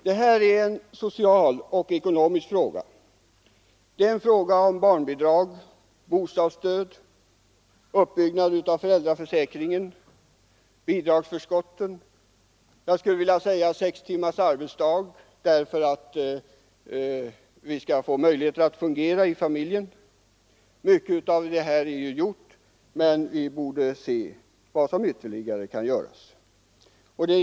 Det här är en social och ekonomisk fråga, det är en fråga om barnbidrag, om bostadsstöd, om uppbyggnad av föräldraförsäkringen, om bidragsförskott och, skulle jag vilja säga, om sex timmars arbetsdag för att vi skall få möjligheter att fungera i familjen. Mycket av det här är ju gjort, men vi borde se efter vad som ytterligare kan göras.